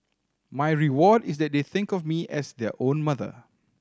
my reward is that they think of me as their own mother